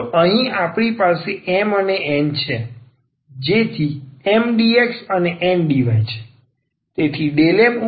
તો અહીં આપણી પાસે M અને N છે જેથી M dx અને N dy છે